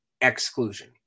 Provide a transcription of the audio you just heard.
exclusion